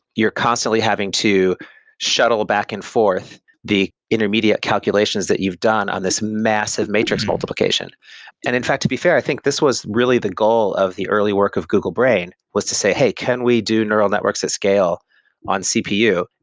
you're constantly having to shuttle back and forth the intermediate calculations that you've done on this massive matrix multiplication and in fact to be fair, i think this was really the goal of the early work of google brain was to say, hey, can we do neural networks at scale on cpu?